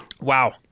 Wow